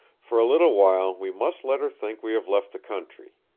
for a little while we must let her think we have left the country.